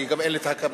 כי גם אין לי החתימות,